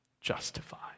justified